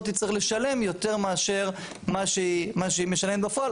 תצטרך לשלם יותר מאשר מה שהיא משלמת בפועל,